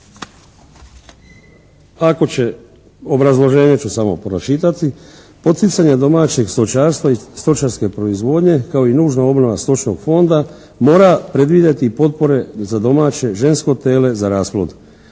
kako će, obrazloženje ću samo pročitati. Poticanje domaćeg stočarstva i stočarske proizvodnje kao i nužna obnova stočnog fonda mora predvidjeti potpore za domaće žensko tele za rasplod.